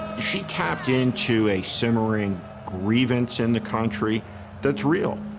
she tapped into a simmering grievance in the country that's real.